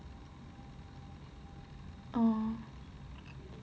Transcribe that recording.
orh